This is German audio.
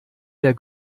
der